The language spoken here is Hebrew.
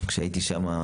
כשהייתי שמה,